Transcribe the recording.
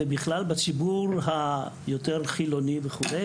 ובכלל בציבור היותר חילוני וכו',